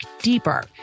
deeper